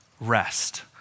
rest